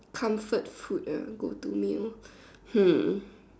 comfort food ah go to meal hmm